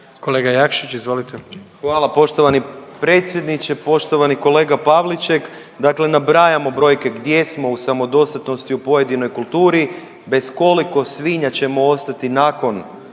**Jakšić, Mišel (SDP)** Hvala poštovani predsjedniče, poštovani kolega Pavliček. Dakle nabrajamo brojke gdje smo u samodostatnosti u pojedinoj kulturi, bez koliko svinja ćemo ostati nakon